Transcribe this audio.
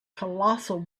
colossal